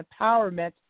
Empowerment